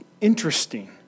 interesting